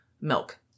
milk